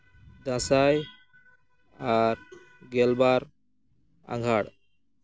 ᱫᱟᱸᱥᱟᱭ ᱟᱨ ᱜᱮᱞᱵᱟᱨ ᱟᱜᱷᱟᱬ